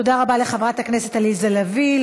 תודה רבה לחברת הכנסת עליזה לביא.